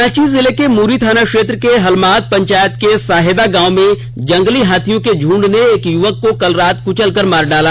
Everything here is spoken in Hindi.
रांची जिले के मुरी थाना क्षेत्र के हलमाद पंचायत के साहेदा गांव में जंगली हाथियों के झुंड ने एक युवक को कल रात कुंचलकर मार डाला